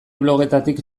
blogetatik